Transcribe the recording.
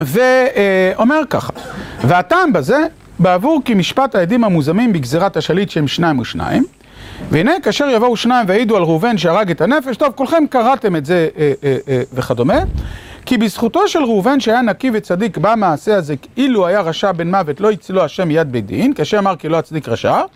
ואומר ככה, והטעם בזה בעבור כי משפט העדים המוזמים בגזירת השליט שהם שניים ושניים, והנה כאשר יבואו שניים והעידו על ראובן שהרג את הנפש, טוב כולכם קראתם את זה וכדומה, כי בזכותו של ראובן שהיה נקי וצדיק בא המעשה הזה כי אילו היה רשע בן מוות לא הצילו השם מיד בית דין כאשר אמר כי לא אצדיק רשע